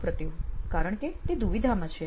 સુપ્રતિવ કારણ કે તે દુવિધામાં છે